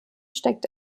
steckt